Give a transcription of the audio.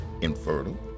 infertile